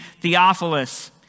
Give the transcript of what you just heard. Theophilus